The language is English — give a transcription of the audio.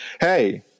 Hey